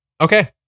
okay